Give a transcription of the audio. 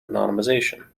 anonymisation